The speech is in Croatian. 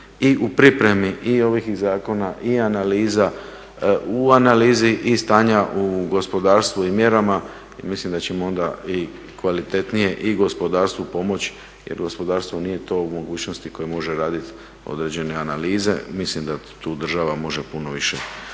i u pripremi ovih zakona i analiza u analizi i stanja u gospodarstvu i mjerama i mislim da ćemo onda kvalitetnije i gospodarstvu pomoći jer gospodarstvo nije to u mogućnosti koje može raditi određene analize, mislim da tu država može puno više